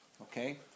Okay